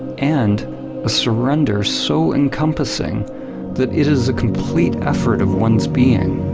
and a surrender so encompassing that it is a complete effort of one's being